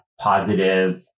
positive